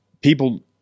people